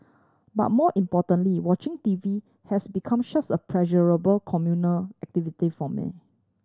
but more importantly watching T V has become such a pleasurable communal activity for me